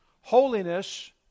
Holiness